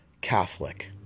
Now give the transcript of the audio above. Catholic